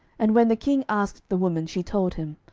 and when the king asked the woman, she told him.